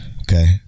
Okay